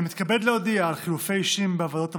אני מתכבד להודיע על חילופי אישים בוועדות האלה.